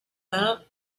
that